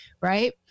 right